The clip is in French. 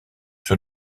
sur